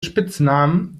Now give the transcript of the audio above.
spitznamen